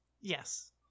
yes